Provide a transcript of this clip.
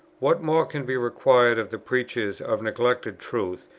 what more can be required of the preachers of neglected truth,